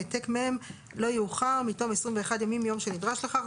העתק מהם לא יאוחר מתום 21 ימים מיום שנדרש לכך.